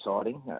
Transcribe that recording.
exciting